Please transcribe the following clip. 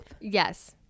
yes